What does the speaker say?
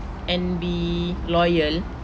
and be loyal